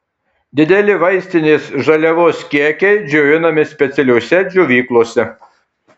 dideli vaistinės žaliavos kiekiai džiovinami specialiose džiovyklose